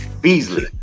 Beasley